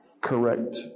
Correct